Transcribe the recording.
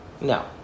No